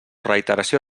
reiteració